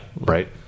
Right